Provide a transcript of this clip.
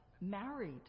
married